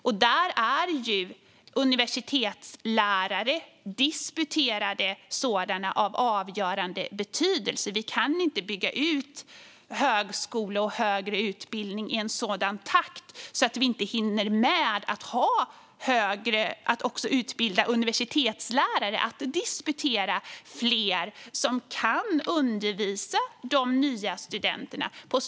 Där är disputerade universitetslärare av avgörande betydelse. Vi kan inte bygga ut högskolan och den högre utbildningen i en sådan takt att vi inte hinner med att också utbilda universitetslärare, så att det blir fler disputerade som kan undervisa de nya studenterna.